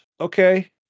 okay